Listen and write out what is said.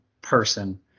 person